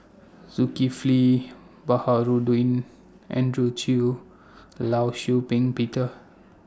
Zulkifli Baharudin Andrew Chew law Shau Ping Peter